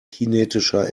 kinetischer